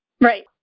Right